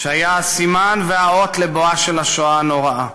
שהיה הסימן והאות לבואה של השואה הנוראה.